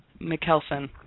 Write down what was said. McKelson